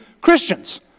Christians